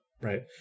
right